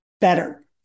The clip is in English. better